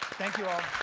thank you all.